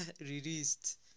released